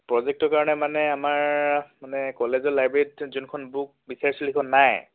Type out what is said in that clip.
প্ৰজেক্টৰ কাৰণে মানে আমাৰ মানে কলেজৰ লাইব্ৰেৰীত যোনখন বুক বিচাৰিছিলোঁ সেইখন নাই